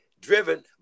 driven